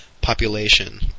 population